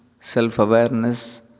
self-awareness